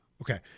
Okay